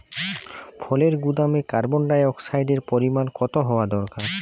ফলের গুদামে কার্বন ডাই অক্সাইডের পরিমাণ কত হওয়া দরকার?